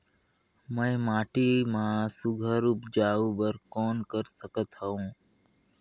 मैं माटी मा सुघ्घर उपजाऊ बर कौन कर सकत हवो?